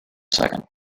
second